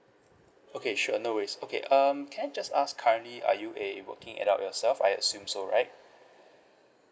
okay sure no worries okay um can I just ask currently are you a working adult yourself I assume so right